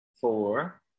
four